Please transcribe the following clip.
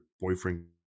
boyfriend